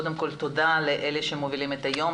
קודם כל תודה לאלה שמובילים את היום,